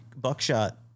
Buckshot